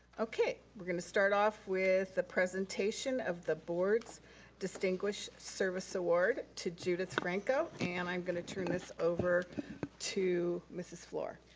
okay we're gonna start off with the presentation of the board's distinguished service award to judith franco, and i'm gonna turn this over to mrs. fluor.